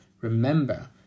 Remember